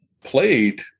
played